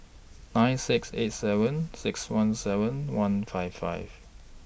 nine six eight seven six one seven one five five